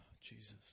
Jesus